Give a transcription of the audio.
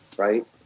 right?